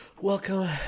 welcome